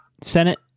Senate